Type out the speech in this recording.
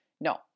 no